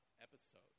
episode